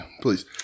please